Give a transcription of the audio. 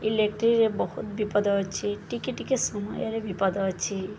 ଇଲେକ୍ଟ୍ରିରେ ବହୁତ୍ ବିପଦ ଅଛି ଟିକେ ଟିକେ ସମୟରେ ବିପଦ ଅଛି